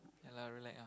ya lah relax ah